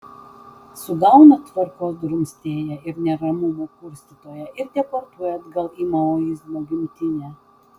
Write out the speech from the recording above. sugauna tvarkos drumstėją ir neramumų kurstytoją ir deportuoja atgal į maoizmo gimtinę